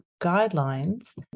guidelines